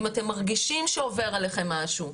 אם אתם מרגישים שעובר עליכם משהו,